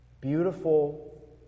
beautiful